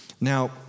Now